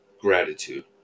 gratitude